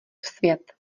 svět